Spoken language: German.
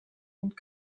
und